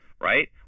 right